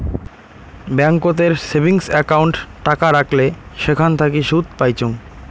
ব্যাংকোতের savings account টাকা রাখলে সেখান থাকি সুদ পাইচুঙ